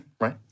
Right